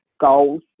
goals